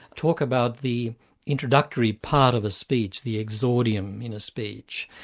talk about the introductory part of a speech, the exordium in a speech,